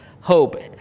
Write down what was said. hope